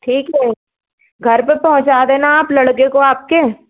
ठीक है घर पे पहुंचा देना आप लड़के को आपके